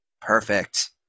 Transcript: Perfect